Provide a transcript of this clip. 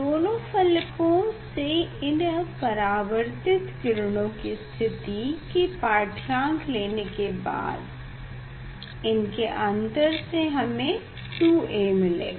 दोनों फलकों से इन परावर्तित किरणों की स्थिति के पाढ्यांक लेने के बाद इनके अंतर से हमे 2A मिलेगा